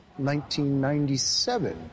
1997